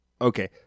okay